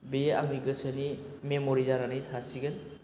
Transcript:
बेयो आंनि गोसोनि मेमरि जानानै थासिगोन